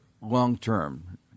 long-term